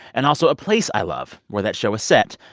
and also a place i love, where that show is set,